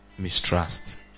Mistrust